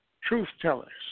truth-tellers